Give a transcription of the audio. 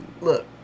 Look